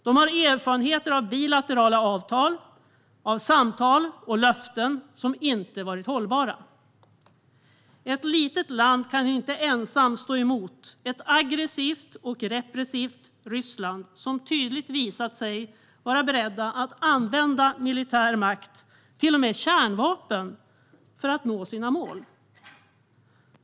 De har erfarenheter av bilaterala avtal, samtal och löften som inte varit hållbara. Ett litet land kan inte ensamt stå emot ett aggressivt och repressivt Ryssland som tydligt visat sig vara berett att använda militär makt, till och med kärnvapen, för att nå sina mål.